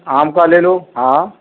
آم کا لے لو ہاں